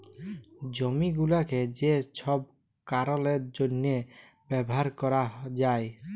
জমি গুলাকে যে ছব কারলের জ্যনহে ব্যাভার ক্যরা যায়